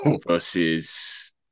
versus